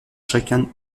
chacun